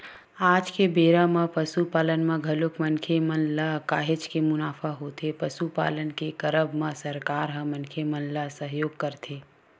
आज के बेरा म पसुपालन म घलोक मनखे ल काहेच के मुनाफा होथे पसुपालन के करब म सरकार ह मनखे मन ल सहयोग करथे